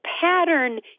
pattern